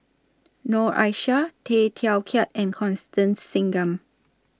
Noor Aishah Tay Teow Kiat and Constance Singam